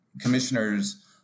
commissioners